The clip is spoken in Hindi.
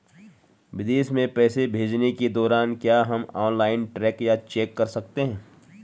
विदेश में पैसे भेजने के दौरान क्या हम ऑनलाइन ट्रैक या चेक कर सकते हैं?